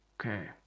Okay